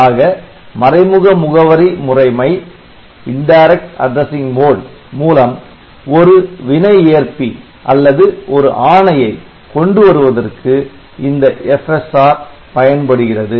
ஆக மறைமுக முகவரி முறைமை மூலம் ஒரு வினை ஏற்பி அல்லது ஒரு ஆணையை கொண்டுவருவதற்கு இந்த FSR பயன்படுகிறது